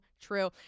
true